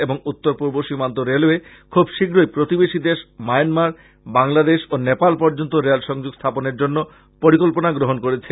এবং উত্তর পূর্ব সীমান্ত রেলওয়ে খুব শীঘ্র প্রতিবেশি দেশ মায়ানমার বাংলাদেশ ও নেপাল পর্যন্ত রেল সংযোগ স্থাপনের জন্য পরিকল্পনা গ্রহন করেছে